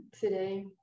Today